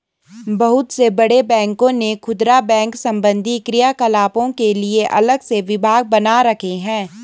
बहुत से बड़े बैंकों ने खुदरा बैंक संबंधी क्रियाकलापों के लिए अलग से विभाग बना रखे हैं